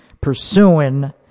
pursuing